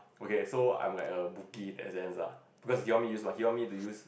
okay so I am like a bookie that sense lah because he tell me he want me to use